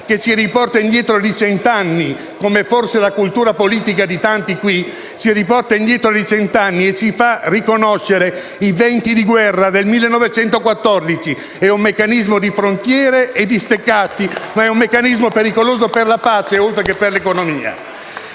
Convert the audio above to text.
che ci riporta indietro di cent'anni, come forse la cultura politica di tanti qui. Ci riporta indietro di cent'anni e ci fa riconoscere i venti di guerra del 1914: è un meccanismo di frontiere e di steccati, ma è un meccanismo pericoloso per la pace oltre che per l'economia.